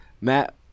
Matt